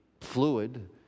fluid